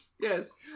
Yes